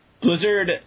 Blizzard